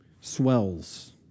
Swells